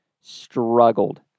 struggled